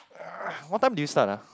what time did you start ah